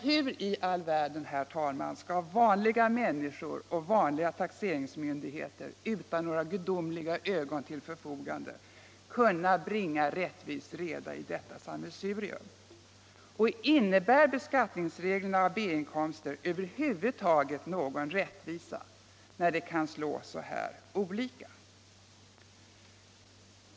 Hur i all världen, herr talman, skall vanliga människor och vanliga taxeringsmyndigheter utan några gudomliga ögon till förfogande kunna bringa rättvis reda i detta sammelsurium? Innebär beskattningsreglerna för B-inkomster över huvud taget någon rättvisa när de kan slå så här olika?